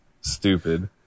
stupid